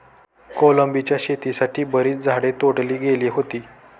कोलंबीच्या शेतीसाठी बरीच झाडे तोडली गेली होती